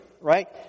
right